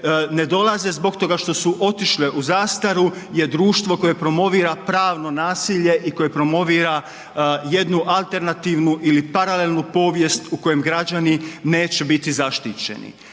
ne dolaze zbog toga što su otišle u zastaru je društvo koje promovira pravno nasilje i koje promovira jednu alternativnu ili paralelnu povijest u kojem građani neće biti zaštićeni.